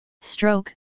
Stroke